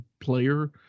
player